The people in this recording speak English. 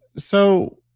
so,